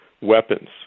weapons